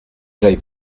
j’aille